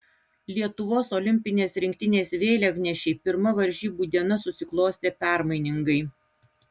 lietuvos olimpinės rinktinės vėliavnešei pirma varžybų diena susiklostė permainingai